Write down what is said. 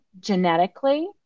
genetically